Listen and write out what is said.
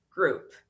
group